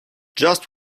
just